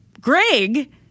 Greg